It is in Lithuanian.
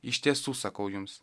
iš tiesų sakau jums